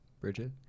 Bridget